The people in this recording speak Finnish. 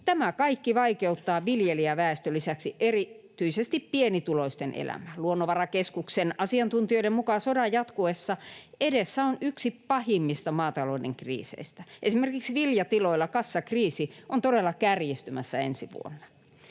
Tämä kaikki vaikeuttaa viljelijäväestön lisäksi erityisesti pienituloisten elämää. Luonnonvarakeskuksen asiantuntijoiden mukaan sodan jatkuessa edessä on yksi pahimmista maatalouden kriiseistä. Esimerkiksi viljatiloilla kassakriisi on todella kärjistymässä ensi vuonna.